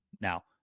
Now